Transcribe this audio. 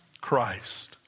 Christ